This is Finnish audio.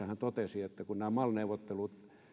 hän totesi että kun nämä mal neuvottelut